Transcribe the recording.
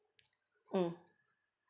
mm